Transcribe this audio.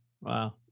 Wow